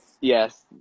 Yes